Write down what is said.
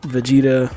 Vegeta